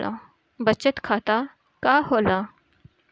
बचत खाता का होला?